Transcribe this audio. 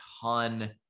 ton